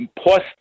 plus